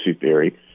theory